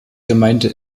gemeinde